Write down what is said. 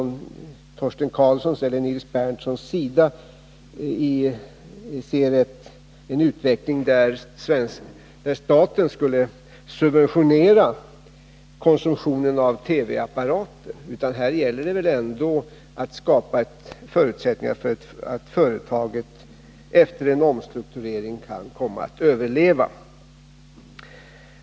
Det är väl ändå inte så, att Torsten Karlsson eller Nils Berndtson ser fram mot en utveckling där staten skulle subventionera konsumtionen av TV-apparater. Här gäller det väl att skapa förutsättningar för att företaget efter en omstrukturering kan komma att överleva.